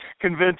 convince